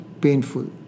painful